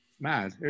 Mad